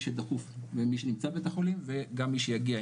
שדחוף ומי שנמצא בבית החולים וגם מי שיגיע.